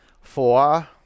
Four